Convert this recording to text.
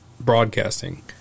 broadcasting